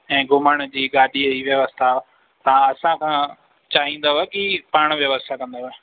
ऐं घुमण जी गाॾी जी व्यवस्था तव्हां असांखां चाहींदव की पाण व्यवस्था कंदव